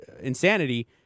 insanity